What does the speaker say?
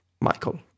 Michael